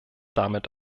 damit